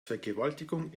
vergewaltigung